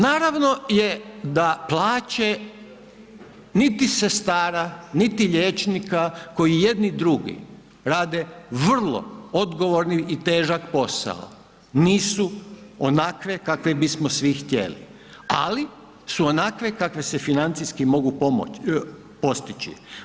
Naravno je da plaće niti sestara, niti liječnika koji jedni i drugi rade vrlo odgovorni i težak posao, nisu onakve kakve bismo svi htjeli, ali su onakve kakve se financijski mogu pomoć, postići.